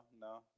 no